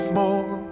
more